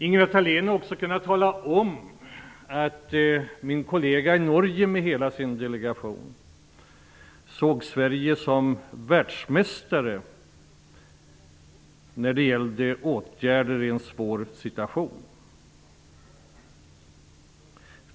Ingela Thalén hade också kunnat tala om att min kollega i Norge med hela sin delegation såg Sverige som världsmästare när det gällde åtgärder i en svår situation.